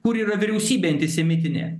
kur yra vyriausybė antisemitinė